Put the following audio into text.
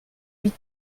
huit